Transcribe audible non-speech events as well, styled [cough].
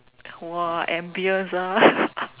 !wah! ambiance ah [laughs]